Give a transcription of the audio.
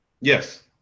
Yes